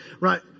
Right